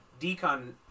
decon